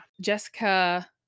Jessica